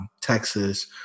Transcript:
Texas